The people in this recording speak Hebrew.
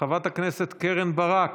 חברת הכנסת קרן ברק,